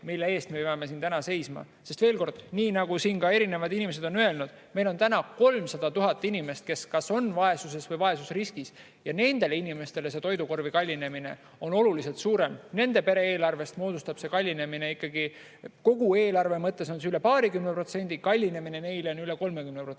mille eest me peame täna siin seisma. Veel kord: nii nagu siin ka erinevad inimesed on öelnud, meil on täna 300 000 inimest, kes on vaesuses või vaesusriskis, ja nendele inimestele on toidukorvi kallinemine oluliselt suurem. Nende pere eelarvest moodustab see kallinemine ikkagi – kogu eelarve mõttes on kallinemine üle